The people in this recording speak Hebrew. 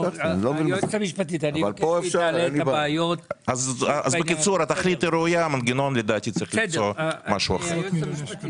אז בקיצור התכלית, המנגנון צריך למצוא משהו אחר.